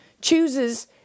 chooses